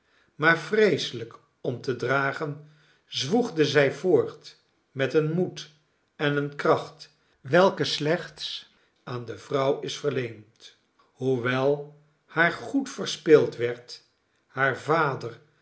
maar vreeselijk om te dragen zwoegde zij voort met een moed en eene kracht welke slechtg aan de vrouw is verleend hoewel haar goed verspild werd haar vader